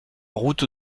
route